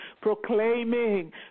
proclaiming